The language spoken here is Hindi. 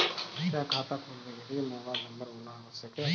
क्या खाता खोलने के लिए मोबाइल नंबर होना आवश्यक है?